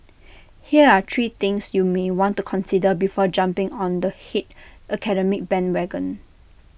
here are three things you may want to consider before jumping on the hate academic bandwagon